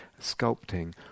sculpting